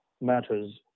matters